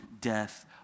Death